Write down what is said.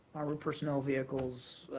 armored personnel vehicles,